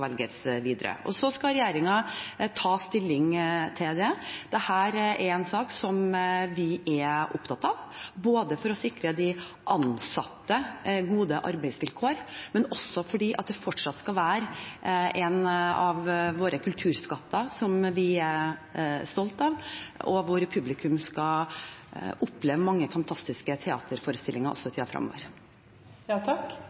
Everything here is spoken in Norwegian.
videre, og så skal regjeringen ta stilling til det. Dette er en sak som vi er opptatt av både for å sikre de ansatte gode arbeidsvilkår og for at det fortsatt skal være en av våre kulturskatter som vi er stolte av, og hvor publikum skal oppleve mange fantastiske teaterforestillinger også i